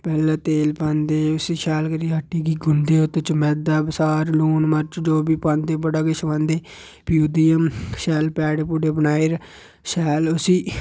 पैह्लें तेल पांदे प्ही उसी आटे गी शैल करियै गु'नदे ते उ'दे च मैदा लून बसार मर्च जो बी पांदे बड़ा किश पांदे प्ही ओह्दे शैल पेड़े बनाये शैल उसी